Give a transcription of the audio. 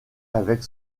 avec